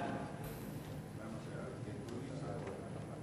מי נמנע?